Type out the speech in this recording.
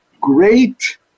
great